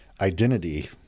identity